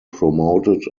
promoted